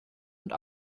und